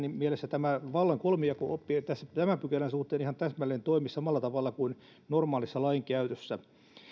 mielessä vallan kolmijako oppi tämän pykälän suhteen ihan täsmälleen toimisi samalla tavalla kuin normaalissa lainkäytössä